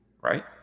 right